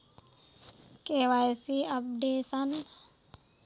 KYC updation?